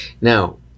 Now